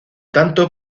tanto